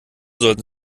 sollten